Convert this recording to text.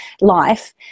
life